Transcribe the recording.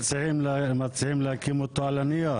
מה שמציעים, מציעים להקים אותו על הנייר.